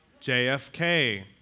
JFK